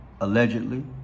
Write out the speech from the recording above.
allegedly